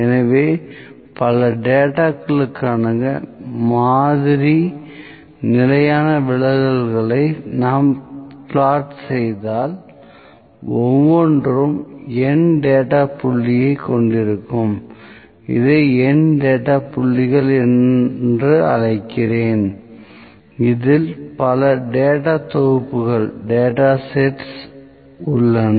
எனவே பல டேட்டாகளுக்கான மாதிரி நிலையான விலகல்களை நாம் பிளாட் செய்தால் ஒவ்வொன்றும் N டேட்டா புள்ளியைக் கொண்டிருக்கும் இதை N டேட்டா புள்ளிகள் என்று அழைக்கிறேன் இதில் பல டேட்டா தொகுப்புகள் உள்ளன